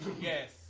Yes